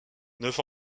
neuf